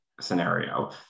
scenario